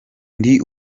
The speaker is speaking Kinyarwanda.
ndi